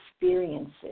experiences